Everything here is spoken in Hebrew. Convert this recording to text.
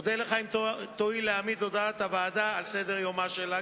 אודה לך אם תואיל להעמיד את הודעת הוועדה על סדר-יומה של הכנסת.